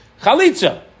chalitza